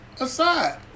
aside